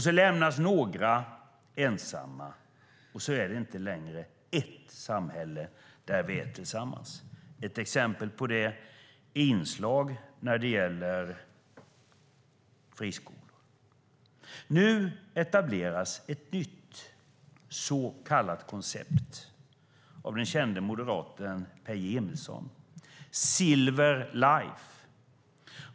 Då lämnas några ensamma, och så är det inte längre ett samhälle där vi är tillsammans. Ett exempel på det är inslag när det gäller friskolor. Nu etableras ett nytt så kallat koncept av den kände moderaten Peje Emilsson: Silver Life.